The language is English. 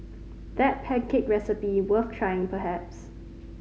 that pancake recipe worth trying perhaps